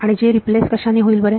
आणि J replace कशाने होईल बरे